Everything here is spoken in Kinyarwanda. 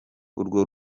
urwo